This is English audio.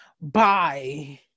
Bye